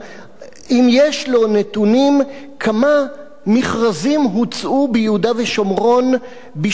האם יש לו נתונים כמה מכרזים הוצאו ביהודה ושומרון בשנות כהונתה